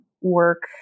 work